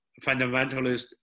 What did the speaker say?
fundamentalist